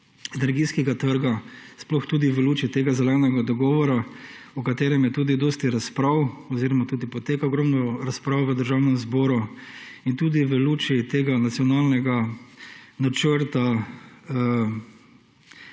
energijskega trga, sploh tudi v luči tega zelenega dogovora, o katerem je tudi dosti razprav oziroma tudi poteka ogromno razprav v Državnem zboru in tudi v luči tega nacionalnega načrta,